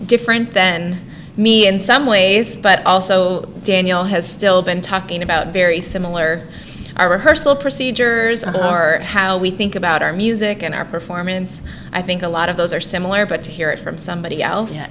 different then me in some ways but also daniel has still been talking about very similar our rehearsal procedures or how we think about our music and our performance i think a lot of those are similar but to hear it from somebody else